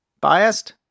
Biased